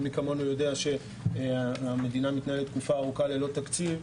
ומי כמונו יודעים שהמדינה מתנהלת תקופה ארוכה ללא תקציב,